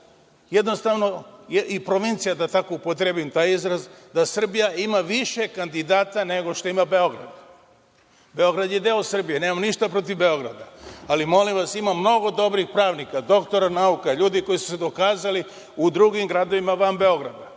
jednostavno i provincija, da tako upotrebim taj izraz, da Srbija ima više kandidata nego što ima Beograd. Beograd je deo Srbije. Nemam ništa protiv Beograda, ali, molim vas, ima mnogo dobrih pravnika, doktora nauka, ljudi koji su se dokazali u drugim gradovima van Beograda.